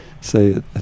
Say